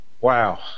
Wow